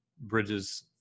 Bridges